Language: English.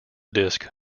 disc